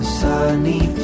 sunny